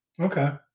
Okay